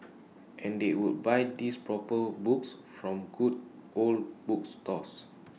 and they would buy these proper books from good old bookstores